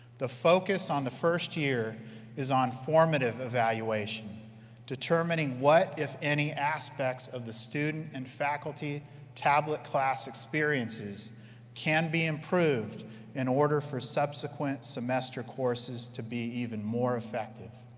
the focus of the first year is on formative evaluation determining what, if any, aspects of the student and faculty tablet class experiences can be improved in order for subsequent semester courses to be even more effective.